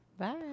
Bye